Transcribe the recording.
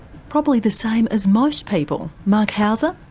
probably the same as most people. marc hauser?